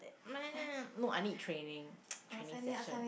man no I need training training session